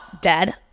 dead